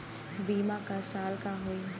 बीमा क साल क होई?